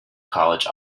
college